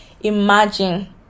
Imagine